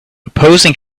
opposing